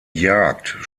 jagd